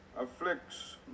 afflicts